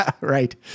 Right